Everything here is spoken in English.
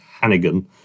Hannigan